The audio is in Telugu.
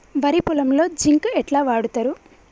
వరి పొలంలో జింక్ ఎట్లా వాడుతరు?